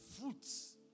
fruits